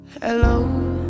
Hello